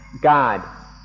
God